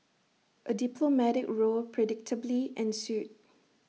A diplomatic row predictably ensued